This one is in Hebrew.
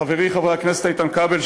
חברי חבר הכנסת איתן כבל,